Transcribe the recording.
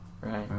Right